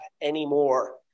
anymore